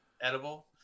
Edible